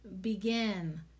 begin